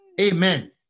Amen